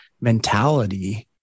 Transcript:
mentality